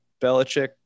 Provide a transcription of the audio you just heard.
Belichick